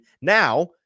now